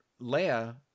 Leia